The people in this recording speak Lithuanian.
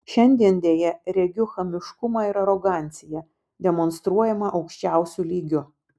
šiandien deja regiu chamiškumą ir aroganciją demonstruojamą aukščiausiu lygiu